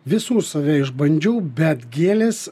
visus save išbandžiau bet gėlės